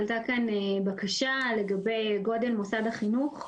עלתה כאן בקשה לגבי גודל מוסד החינוך.